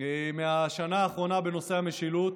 מהשנה האחרונה בנושא המשילות.